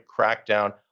crackdown